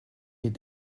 meer